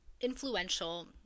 influential